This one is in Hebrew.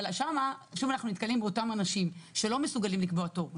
אבל שם שוב אנחנו נתקלים באותם אנשים שלא מסוגלים לקבוע תור,